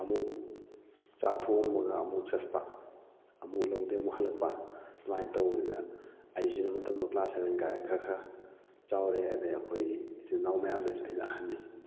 ꯑꯃꯨꯛ ꯆꯥꯛ ꯊꯣꯡꯉꯝꯃꯒ ꯑꯃꯨꯛ ꯆꯠꯄ ꯑꯃꯨꯛ ꯂꯧꯗꯩ ꯑꯃꯨꯛ ꯍꯜꯂꯛꯄ ꯁꯨꯃꯥꯏꯅ ꯇꯧꯕꯅꯤꯅ ꯑꯩꯁꯤꯅ ꯃꯇꯝꯗꯣ ꯀ꯭ꯂꯥꯁ ꯁꯕꯦꯟ ꯀꯥꯔꯦ ꯈꯔ ꯈꯔ ꯆꯥꯎꯔꯦ ꯑꯗꯩ ꯑꯩꯈꯣꯏ ꯏꯆꯤꯟ ꯏꯅꯥꯎ ꯃꯌꯥꯝꯗꯁꯨ ꯑꯩꯅ ꯑꯍꯟꯅꯤ